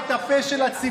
ולפתוח את הפה של הציבור.